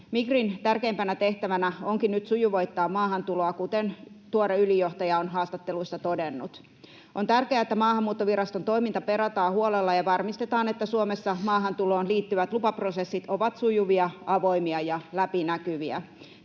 Migrin tärkeimpänä tehtävänä onkin nyt sujuvoittaa maahantuloa, kuten tuore ylijohtaja on haastatteluissa todennut. On tärkeää, että Maahanmuuttoviraston toiminta perataan huolella ja varmistetaan, että Suomessa maahantuloon liittyvät lupaprosessit ovat sujuvia, avoimia ja läpinäkyviä.